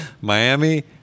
Miami